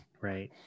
right